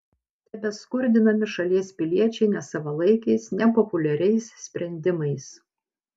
tebeskurdinami šalies piliečiai nesavalaikiais nepopuliariais sprendimais